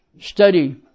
Study